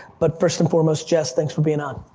but first and foremost, jess, thanks for being on.